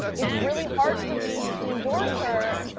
it's really hard for me to endorse her,